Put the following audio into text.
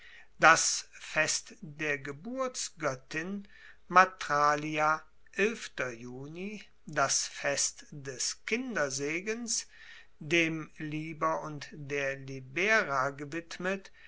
das fest der geburtsgoettin das fest des kindersegens dem liber und der libera gewidmet